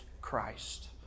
Christ